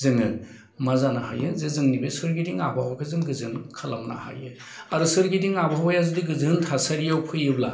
जोङो मा जानो हायो बे जोंनि सोरगिदिं आबहावाखौ जों गोजोन खालामनो हायो आरो सोरगिदिं आबहावाया जुदि गोजोन थासारियाव फैयोब्ला